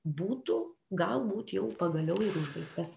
būtų galbūt jau pagaliau ir užbaigtas